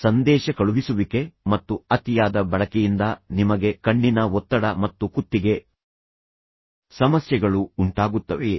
ಸಂದೇಶ ಕಳುಹಿಸುವಿಕೆ ಮತ್ತು ಅತಿಯಾದ ಬಳಕೆಯಿಂದ ನಿಮಗೆ ಕಣ್ಣಿನ ಒತ್ತಡ ಮತ್ತು ಕುತ್ತಿಗೆ ಸಮಸ್ಯೆಗಳು ಉಂಟಾಗುತ್ತವೆಯೇ